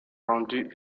rendues